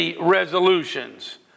resolutions